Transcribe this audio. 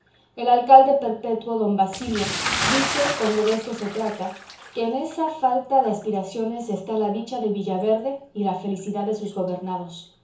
el alcalde perpetuo don basilio dice cuando de esto se trata que en esa falta de aspiraciones está la dicha de villaverde y la felicidad de sus gobernados